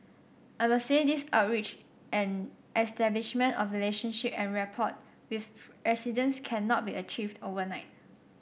I must say these outreach and establishment of relationship and rapport with residents cannot be achieved overnight